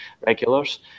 regulars